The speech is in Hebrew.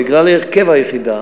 בגלל הרכב היחידה.